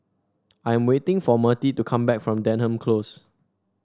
I am waiting for Mertie to come back from Denham Close